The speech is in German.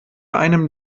einem